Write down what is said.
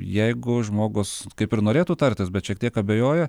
jeigu žmogus kaip ir norėtų tartis bet šiek tiek abejoja